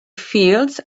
fields